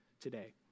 today